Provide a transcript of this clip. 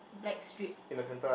black strip